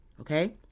okay